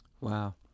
Wow